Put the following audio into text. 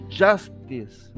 justice